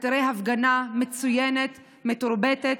אתה תראה הפגנה מצוינת, מתורבתת.